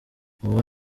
uwo